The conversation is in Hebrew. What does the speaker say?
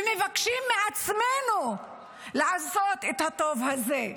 ומבקשים מעצמנו לעשות את הטוב הזה.